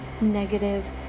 negative